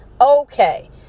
Okay